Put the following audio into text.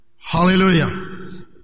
Hallelujah